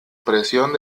presión